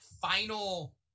final